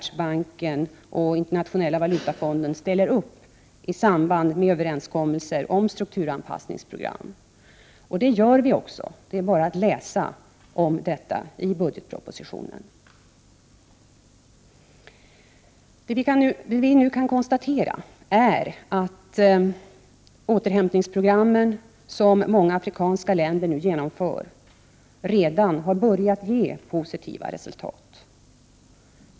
1988/89:99 Internationella valutafonden ställer i samband med överenskommelser om 19 april 1989 strukturanpassningsprogram. Det gör vi också — det är bara att läsa om detta i budgetpropositionen. Det vi nu kan konstatera är att de återhämtningsprogram som många afrikanska länder nu genomför redan har börjat ge positiva resultat.